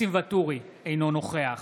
ניסים ואטורי, אינו נוכח